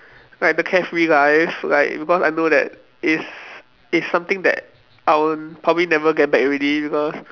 like the carefree life like because I know that it is it's something that I will probably never get back already because